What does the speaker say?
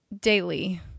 daily